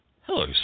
Hello